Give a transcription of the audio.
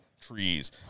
trees